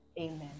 Amen